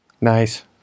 Nice